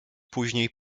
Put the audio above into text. później